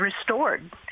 restored